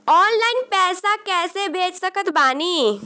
Online पैसा कैसे भेज सकत बानी?